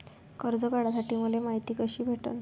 कर्ज काढासाठी मले मायती कशी भेटन?